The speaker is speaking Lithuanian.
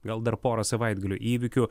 gal dar porą savaitgalio įvykių